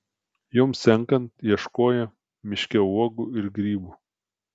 joms senkant ieškojo miške uogų ir grybų